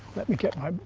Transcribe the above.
let me get my